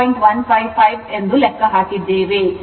155 ಎಂದು ನಾವು ಲೆಕ್ಕ ಹಾಕಿದ್ದೇವೆ